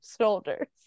shoulders